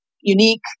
unique